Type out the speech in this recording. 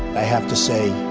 i have to say,